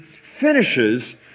finishes